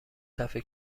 صفحه